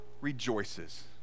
rejoices